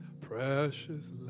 Precious